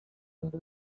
into